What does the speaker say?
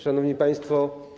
Szanowni Państwo!